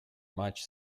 much